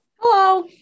Hello